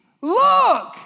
look